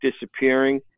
disappearing